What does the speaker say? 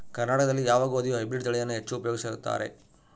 ಕರ್ನಾಟಕದಲ್ಲಿ ಯಾವ ಗೋಧಿಯ ಹೈಬ್ರಿಡ್ ತಳಿಯನ್ನು ಹೆಚ್ಚು ಉಪಯೋಗಿಸುತ್ತಾರೆ?